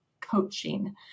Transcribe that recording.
coaching